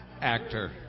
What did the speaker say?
actor